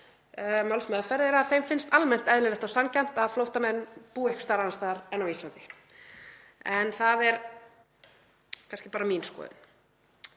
málsmeðferð er að þeim finnst almennt eðlilegt og sanngjarnt að flóttamenn búi annars staðar en á Íslandi. En það er kannski bara mín skoðun.